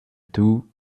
two